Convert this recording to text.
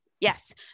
Yes